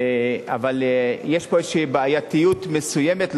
אבל יש איזו בעייתיות מסוימת,